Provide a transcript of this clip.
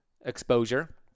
exposure